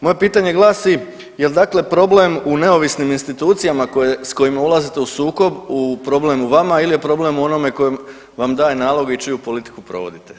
Moje pitanje glasi, jel dakle problem u neovisnim institucijama s kojima ulazite u sukob problem u vama il je problem u onome koji vam daje naloge i čiju politiku provodite?